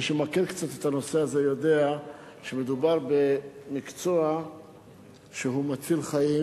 מי שמכיר קצת את הנושא הזה יודע שמדובר במקצוע שהוא מציל חיים.